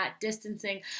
distancing